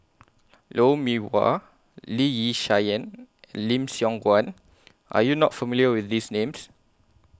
Lou Mee Wah Lee Yi Shyan and Lim Siong Guan Are YOU not familiar with These Names